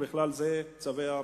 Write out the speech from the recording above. ובכלל זה צווי ההריסה.